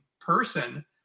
person